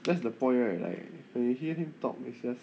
that's the point right like when you hear him talk it's just